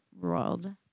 world